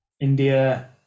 India